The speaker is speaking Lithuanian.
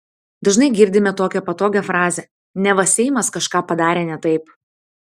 dažnai girdime tokią patogią frazę neva seimas kažką padarė ne taip